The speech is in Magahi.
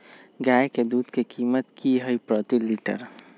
गाय के दूध के कीमत की हई प्रति लिटर?